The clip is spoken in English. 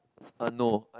uh no